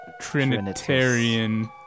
trinitarian